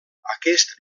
aquest